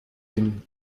den